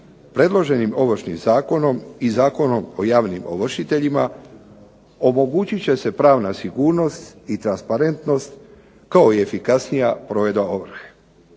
predloženim ovršnim zakonom i Zakonom o javnim ovršiteljima omogućit će se pravna sigurnost i transparentnost kao i efikasnija provedba ovrhe.